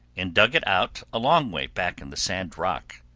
and dug it out a long way back in the sand rock.